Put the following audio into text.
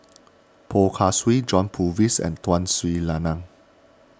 Poh Kay Swee John Purvis and Tun Sri Lanang